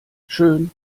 schön